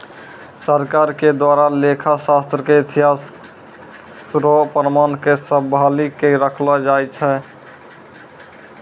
सरकार के द्वारा लेखा शास्त्र के इतिहास रो प्रमाण क सम्भाली क रखलो जाय छै